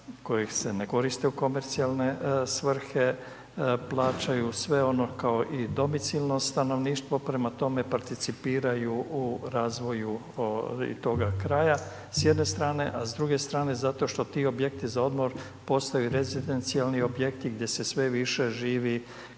koji se ne koriste u komercijalne svrhe, plaćaju sve ono kao i domicilno stanovništvo, prema tome, participiraju u razvoju toga kraja, s jedne strane. A s druge strane, zato što ti objekti za odmor, postaju rezidencijalni objekti, gdje se sve više živi